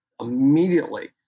Immediately